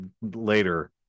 later